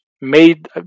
made